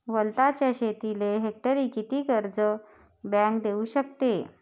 वलताच्या शेतीले हेक्टरी किती कर्ज बँक देऊ शकते?